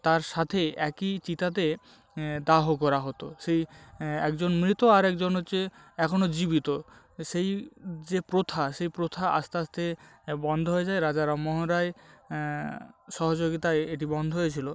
তার সাথে একই চিতাতে দাহ করা হতো সেই একজন মৃত আরেকজন হচ্ছে এখনও জীবিত সেই যে প্রথা সেই প্রথা আস্তে আস্তে বন্ধ হয়ে যায় রাজা রামমোহন রায় সহযোগিতায় এটি বন্ধ হয়েছিল